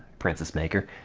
princess maker,